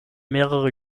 mehrere